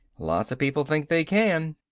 lots of people think they can.